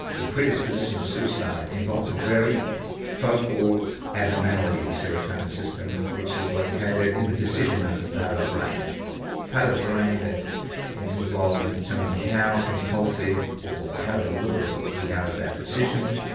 the predisposition to suicide involves a very focal abnormality in the serotonin system, which is located in the decision-making part of the brain the part of the brain that is involved in determining how impulsive or how deliberate we are about decisions.